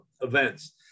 events